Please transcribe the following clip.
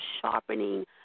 sharpening